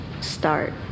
start